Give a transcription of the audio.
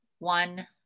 one